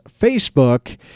Facebook